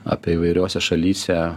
apie įvairiose šalyse